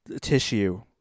tissue